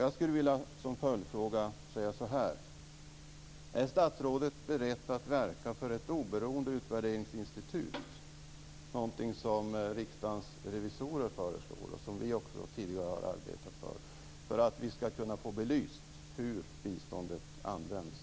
Jag skulle som följdfråga vilja säga så här: Är statsrådet beredd att verka för ett oberoende utvärderingsinstitut - någonting som Riksdagens revisorer föreslår och som också vi har arbetat för tidigare - för att vi skall kunna få belyst hur biståndet används?